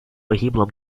погибло